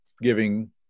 giving